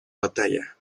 batalla